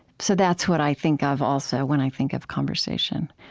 so that's what i think of, also, when i think of conversation.